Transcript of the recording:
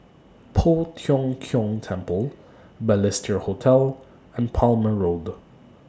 Poh Tiong Kiong Temple Balestier Hotel and Palmer Road